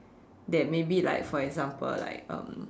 that maybe like for example like um